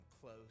close